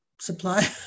supply